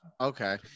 okay